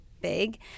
Big